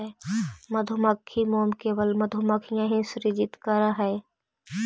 मधुमक्खी मोम केवल मधुमक्खियां ही सृजित करअ हई